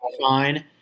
fine